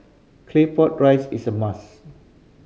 Claypot Rice is a must